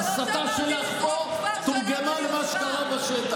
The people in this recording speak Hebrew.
או לא הרחתי את העשן,